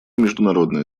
международное